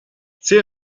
zähl